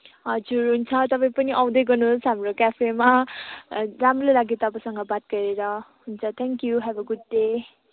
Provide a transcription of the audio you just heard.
हजुर हुन्छ तपाईँ पनि आउँदै गर्नुहोस् हाम्रो क्याफेमा राम्रो लाग्यो तपाईँससँग बात गरेर हुन्छ thank you have a good day